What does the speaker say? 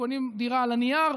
קונים דירה על הנייר.